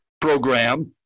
program